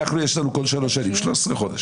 לנו יש כל שלוש שנים 13 חודש.